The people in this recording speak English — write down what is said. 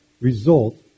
result